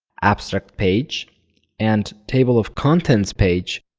abstract page and table of contents page,